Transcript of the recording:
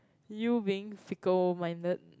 you being fickle minded